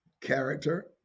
character